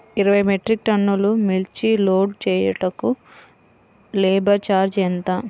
ఇరవై మెట్రిక్ టన్నులు మిర్చి లోడ్ చేయుటకు లేబర్ ఛార్జ్ ఎంత?